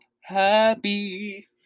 happy